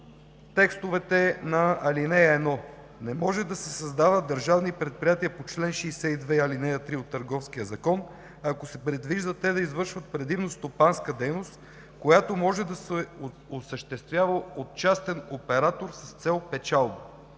текста на ал. 1: „Не може да се създават държавни предприятия по чл. 62, ал. 3 от Търговския закон, ако се предвижда те да извършват предимно стопанска дейност, която може да се осъществява от частен оператор с цел печалба“,